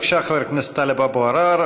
בבקשה, חבר הכנסת טלב אבו עראר.